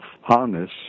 harness